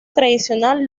tradicional